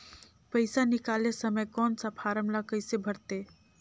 पइसा निकाले समय कौन सा फारम ला कइसे भरते?